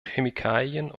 chemikalien